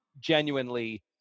genuinely